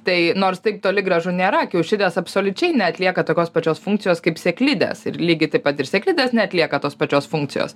tai nors taip toli gražu nėra kiaušidės absoliučiai neatlieka tokios pačios funkcijos kaip sėklidės ir lygiai taip pat ir sėklidės neatlieka tos pačios funkcijos